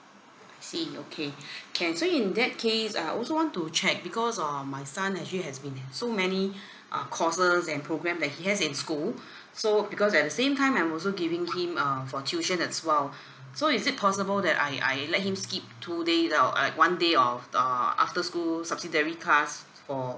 I see okay can so in that case I also want to check because um my son actually has been in so many uh courses and program that he has in school so because at the same time I'm also giving him uh for tuition as well so is it possible that I I let him skip two days or uh like one day of uh after school subsidiary class for